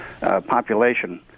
population